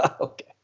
Okay